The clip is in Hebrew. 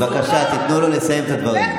בבקשה, תנו לו לסיים את הדברים.